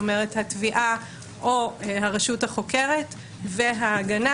התביעה או הרשות החוקרת וההגנה